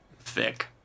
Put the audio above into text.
Thick